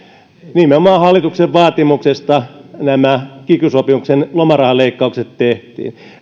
nimenomaan hallituksen vaatimuksesta nämä kiky sopimuksen lomarahaleikkaukset tehtiin